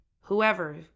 Whoever